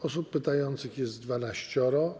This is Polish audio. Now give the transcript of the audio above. Osób pytających jest 12.